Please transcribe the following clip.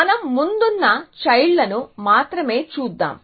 మనం ముందున్న చైల్డ్ లను మాత్రమే చూద్దాం